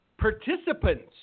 participants